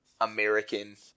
American